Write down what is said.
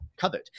covered